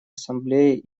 ассамблеи